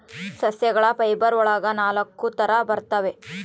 ಸಸ್ಯಗಳ ಫೈಬರ್ ಒಳಗ ನಾಲಕ್ಕು ತರ ಬರ್ತವೆ